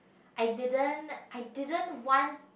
I didn't I didn't want